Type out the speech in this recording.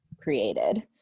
created